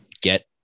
get